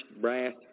brass